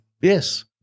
Yes